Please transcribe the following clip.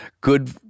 good